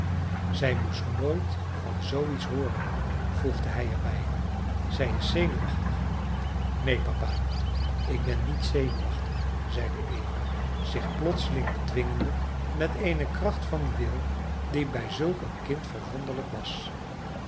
zij moest nooit van zoo iets hooren voegde hij er bij zij is zenuwachtig neen papa ik ben niet zenuwachtig zeide eva zich plotseling bedwingende met eene kracht van wil die bij zulk een kind verwonderlijk was